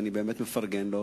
ואני באמת מפרגן לו,